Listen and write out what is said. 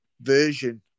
version